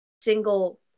single